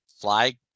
fly